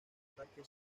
ataque